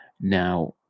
Now